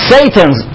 Satan's